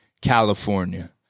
California